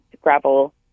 gravel